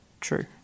True